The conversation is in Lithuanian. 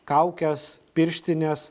kaukes pirštines